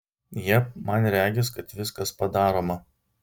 jep man regis kad viskas padaroma